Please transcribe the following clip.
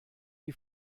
die